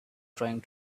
trying